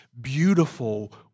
beautiful